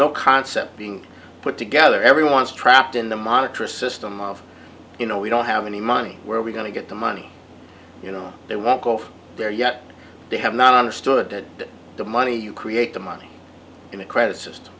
no concept being put together every once trapped in the monitress system of you know we don't have any money where are we going to get the money you know they won't go there yet they have not understood that the money you create the money in a credit system